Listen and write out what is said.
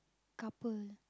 couple